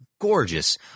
gorgeous